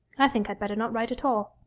i think i'd better not write at all